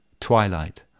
Twilight